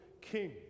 king